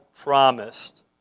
promised